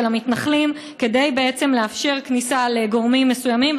המתנחלים כדי לאפשר כניסה לגורמים מסוימים,